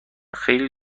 خیلی